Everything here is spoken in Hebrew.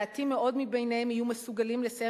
מעטים מאוד מביניהם יהיו מסוגלים לסיים